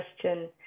question